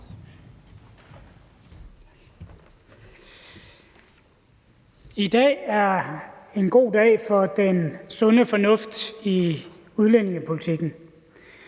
I dag er en god dag for den sunde fornuft i udlændingepolitikken.